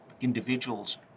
individuals